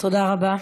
תודה רבה.